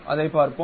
அதைப் பார்ப்போம்